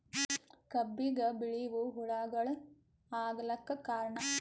ಕಬ್ಬಿಗ ಬಿಳಿವು ಹುಳಾಗಳು ಆಗಲಕ್ಕ ಕಾರಣ?